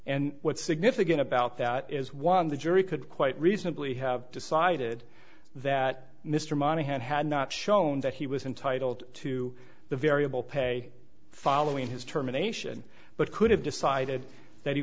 and what's significant about that is one the jury could quite reasonably have decided that mr monaghan had not shown that he was entitled to the variable pay following his terminations but could have decided that he